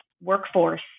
workforce